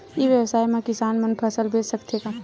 ई व्यवसाय म किसान मन फसल बेच सकथे का?